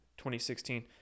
2016